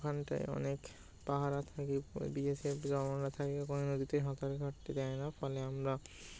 ওখানটায় অনেক পাহারা থাকে বিএসএফ জওয়ানরা থাকে কোনো নদীতে সাঁতার কাটতে দেয় না ফলে আমরা